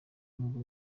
nubwo